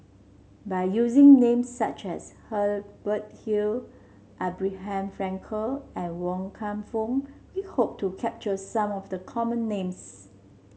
by using names such as Hubert Hill Abraham Frankel and Wan Kam Fook we hope to capture some of the common names